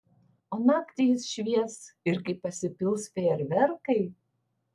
o naktį jis švies ir kai pasipils fejerverkai